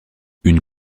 une